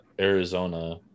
Arizona